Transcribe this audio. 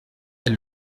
elle